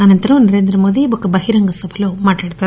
అనంతరం నరేంద్ర మోదీ ఒక బహిరంగ సభలో మాట్లాడతారు